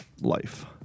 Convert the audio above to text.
life